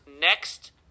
next